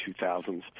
2000s